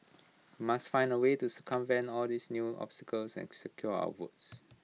must find A way to circumvent all these new obstacles and secure our votes